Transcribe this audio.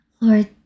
Lord